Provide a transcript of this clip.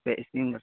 ᱥᱮ ᱤᱥᱤᱱ